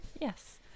Yes